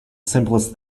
simplest